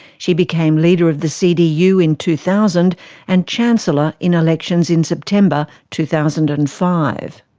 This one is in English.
she became leader of the cdu in two thousand and chancellor in elections in september, two thousand and five.